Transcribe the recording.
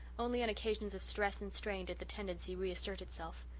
only on occasions of stress and strain did the tendency re-assert itself.